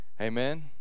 Amen